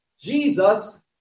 Jesus